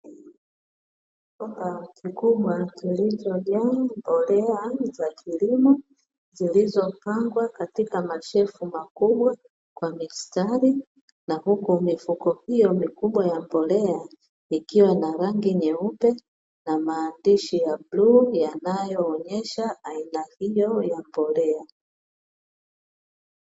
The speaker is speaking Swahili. Chumba kikubwa kilicho jaa mbolea za kilimo zilizo pangwa katika mashefu makubwa kwa mistari, na huku mifuko hiyo mikubwa ya mbolea ikiwa na rangi nyeupe na maandishi ya bluu yanayo onyesha aina hiyo ya mbolea.